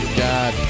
god